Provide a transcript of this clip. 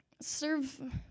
Serve